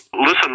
Listen